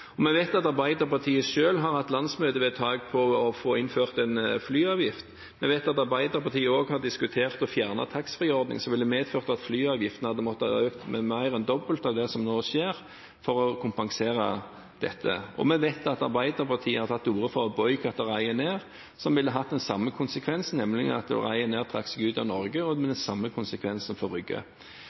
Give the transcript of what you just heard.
Vi vet at Arbeiderpartiet selv har hatt landsmøtevedtak om å få innført en flyavgift. Vi vet at Arbeiderpartiet også har diskutert å fjerne taxfreeordningen, som ville medført at flyavgiften hadde måttet økes med mer enn dobbelt av det som nå skjer, for å kompensere for dette. Og vi vet at Arbeiderpartiet har tatt til orde for å boikotte Ryanair, som ville hatt den samme konsekvensen, nemlig at Ryanair ville trukket seg ut av Norge, med de samme konsekvensene for Rygge.